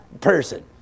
person